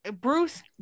Bruce